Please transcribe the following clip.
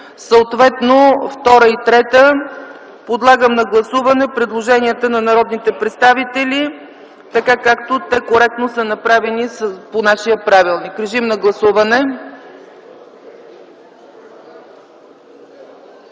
съответно втора и трета точка, подлагам на гласуване предложенията на народните представители така, както те коректно са направени по нашия правилник. Режим на гласуване!